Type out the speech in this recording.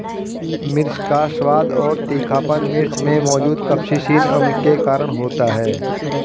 मिर्च का स्वाद और तीखापन मिर्च में मौजूद कप्सिसिन अम्ल के कारण होता है